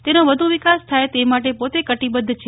તેનો વધુ વિકાસ થાય તે માટે પોતે કટિબદ્ધ છે